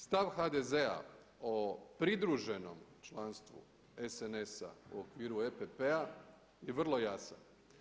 Stav HDZ-a o pridruženom članstvu SNS-a u okviru EPP-a je vrlo jasan.